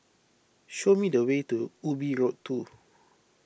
show me the way to Ubi Road two